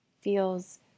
feels